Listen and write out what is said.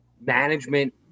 management